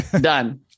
done